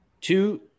two